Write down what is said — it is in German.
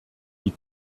die